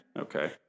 okay